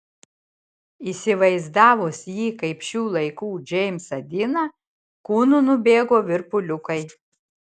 įsivaizdavus jį kaip šių laikų džeimsą diną kūnu nubėgo virpuliukai